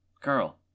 Girl